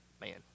Man